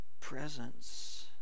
presence